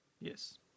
yes